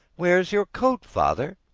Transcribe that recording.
where's your coat, father?